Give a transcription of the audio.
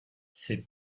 ces